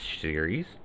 series